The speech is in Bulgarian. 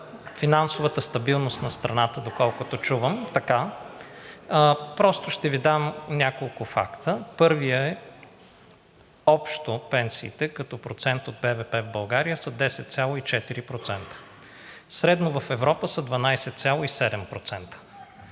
финансовата стабилност на страната, доколкото чувам, просто ще Ви дам няколко факта. Първият е: общо пенсиите като процент от БВП в България са 10,4%, средно в Европа са 12,7%,